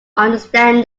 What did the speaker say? understand